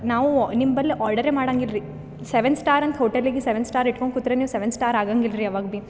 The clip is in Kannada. ನಾವು ನಿಮ್ಮ ಬದ್ಲು ಆರ್ಡರ್ ಮಾಡಾಂಗಿಲ್ರಿ ಸೆವೆನ್ ಸ್ಟಾರ್ ಅಂತ ಹೋಟೆಲಿಗೆ ಸೆವೆನ್ ಸ್ಟಾರ್ ಇಟ್ಕೊಂಡು ಕೂತ್ರೆ ನೀವು ಸೆವೆನ್ ಸ್ಟಾರ್ ಆಗೊಂಗಿಲ್ರಿ ಅವಾಗ ಬಿ